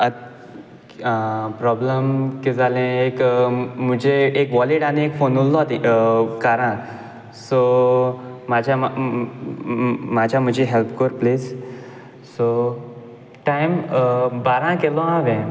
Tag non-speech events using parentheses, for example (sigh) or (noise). (unintelligible) आं प्रोब्लम कीत जालें एक म्हजें एक वॉलेट आनी एक फोन उरलो कारांत सो मातशे (unintelligible) मातशे म्हुजी हेल्प कर प्लीज सो टायम बारां केलो हांवें